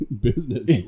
business